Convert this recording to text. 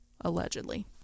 allegedly